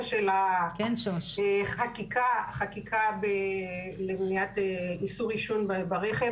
בהקשר לחקיקה למניעת עישון ברכב.